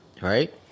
right